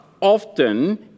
often